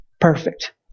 perfect